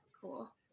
cool